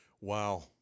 Wow